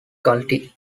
guilty